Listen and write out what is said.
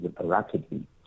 rapidly